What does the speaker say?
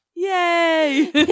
Yay